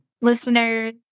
listeners